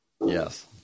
Yes